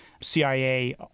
cia